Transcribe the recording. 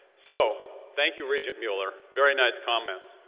so thank you regent mueller. very nice comments.